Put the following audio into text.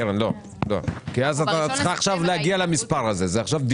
קרן, לא, כי את צריכה להגיע למספר הזה עכשיו.